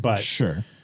Sure